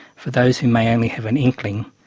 for those who may only have an inkling,